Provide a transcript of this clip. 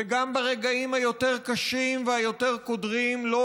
וגם ברגעים היותר-קשים והיותר-קודרים לא